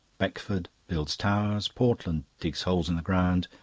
beckford builds towers, portland digs holes in the ground,